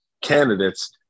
candidates –